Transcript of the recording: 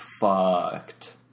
fucked